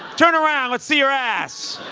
turn around! let's see your ass!